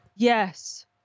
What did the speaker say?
Yes